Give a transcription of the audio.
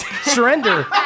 Surrender